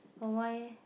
but why eh